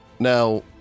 Now